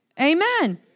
Amen